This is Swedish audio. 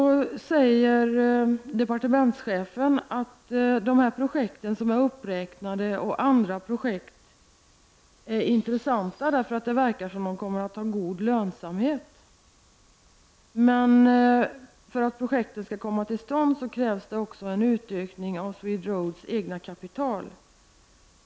Departementschefen menar att dessa och andra projekt är intressanta därför att det verkar som att de kommer att ha en god lönsamhet. Men för att projekten skall komma till stånd krävs en utökning av SweRoads eget kapital.